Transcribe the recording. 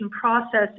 process